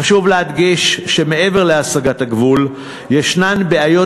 חשוב להדגיש שמעבר להסגת הגבול יש בעיות